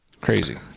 Crazy